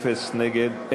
אין נגד,